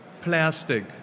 Plastic